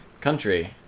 country